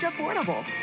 affordable